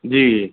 जी जी